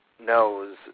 knows